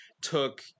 took